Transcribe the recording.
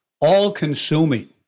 all-consuming